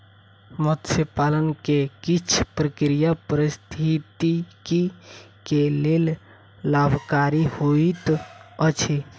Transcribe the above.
मत्स्य पालन के किछ प्रक्रिया पारिस्थितिकी के लेल लाभकारी होइत अछि